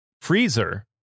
freezer